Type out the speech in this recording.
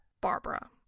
Barbara